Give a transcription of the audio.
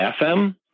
FM